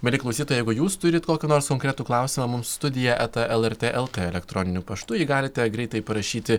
mieli klausytojai jeigu jūs turit kokį nors konkretų klausimą mums studija eta lrt lt elektroniniu paštu jį galite greitai parašyti